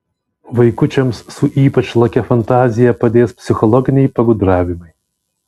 vaikučiams su ypač lakia fantazija padės psichologiniai pagudravimai